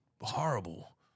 horrible